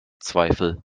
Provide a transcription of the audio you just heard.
zweifel